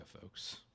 folks